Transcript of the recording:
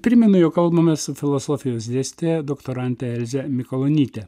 primenu jog kalbamės su filosofijos dėstytoja doktorante elzė mikalonyte